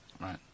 Right